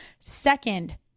Second